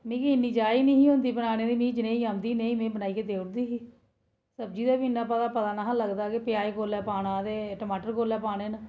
खाल्ली